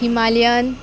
himalayan